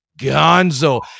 gonzo